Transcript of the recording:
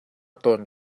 tawn